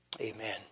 Amen